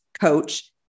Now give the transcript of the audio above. coach